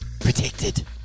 protected